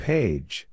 Page